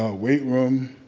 ah weight room,